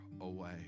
away